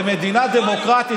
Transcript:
במדינה דמוקרטית,